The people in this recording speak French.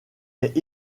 est